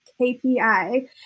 KPI